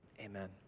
Amen